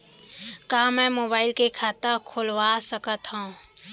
का मैं मोबाइल से खाता खोलवा सकथव?